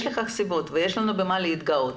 יש לנו במה להתגאות.